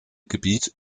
gebiet